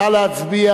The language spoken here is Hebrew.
נא להצביע.